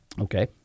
Okay